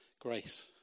Grace